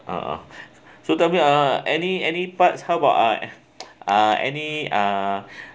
uh !huh! so tell me uh any any parts how about uh uh any uh